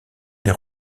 les